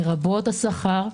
לרבות השכר.